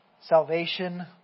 Salvation